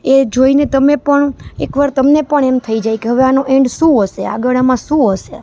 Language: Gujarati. એ જોઈને તમે પણ એકવાર તમને પણ એમ થઈ જાય કે હવે આનો એન્ડ શું હશે આગળ આમાં શું હશે